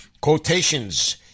Quotations